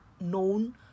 known